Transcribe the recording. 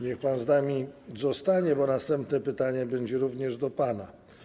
Niech pan z nami zostanie, bo następne pytanie będzie również do pana.